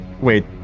Wait